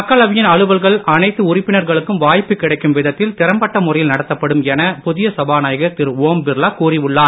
மக்களவையின் அலுவல்கள் அனைத்து உறுப்பினர்களுக்கும் வாய்ப்பு கிடைக்கும் விதத்தில் திறம்பட்ட முறையில் நடத்தப்படும் என புதிய சபாநாயகர் திரு ஓம் பிர்லா கூறி உள்ளார்